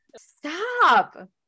Stop